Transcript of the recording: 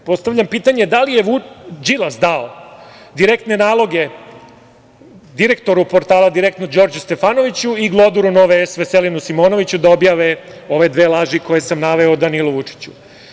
Postavljam pitanje - da li je Đilas dao direktne naloge direktoru portala "Direktno" Đorđu Stefanoviću i gloduru "Nove S" Veselinu Simonoviću da objave ove dve laži koje sam naveo o Danilu Vučiću?